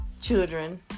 children